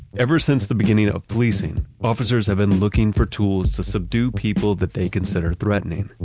ever since the beginning of policing, officers have been looking for tools to subdue people that they consider threatening.